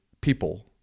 people